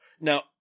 Now